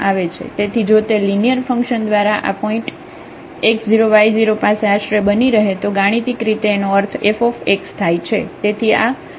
તેથી જો તે લિનિયર ફંકશન દ્વારા આ પોઇન્ટ x0 y0 પાસે આશરે બની રહે તો ગાણિતિક રીતે તેનો અર્થ f થાય છે